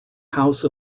house